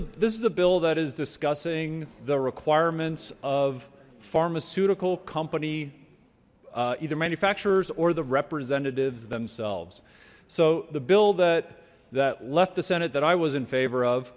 a this is a bill that is discussing the requirements of pharmaceutical company either manufacturers or the representatives themselves so the bill that that left the senate that i was in